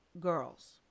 girls